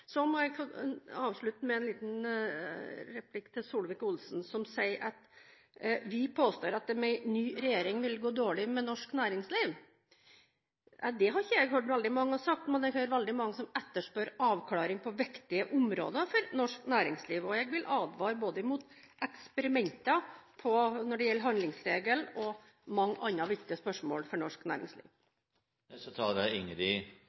Så må jeg avslutte med en liten replikk til Solvik-Olsen, som sier at vi påstår at det med en ny regjering vil gå dårlig med norsk næringsliv. Det har ikke jeg hørt veldig mange si, men jeg hører veldig mange som etterspør avklaring på viktige områder for norsk næringsliv. Jeg vil advare mot eksperimenter når det gjelder både handlingsregelen og mange andre viktige spørsmål for norsk næringsliv.